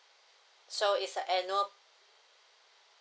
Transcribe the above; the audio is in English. so it's a annual